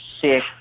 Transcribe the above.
sick